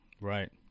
Right